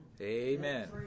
Amen